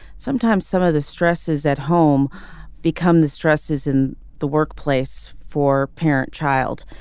sometimes some of the stresses at home become the stresses in the workplace for parent child.